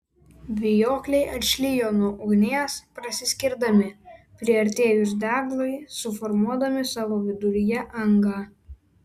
vijokliai atšlijo nuo ugnies prasiskirdami priartėjus deglui suformuodami savo viduryje angą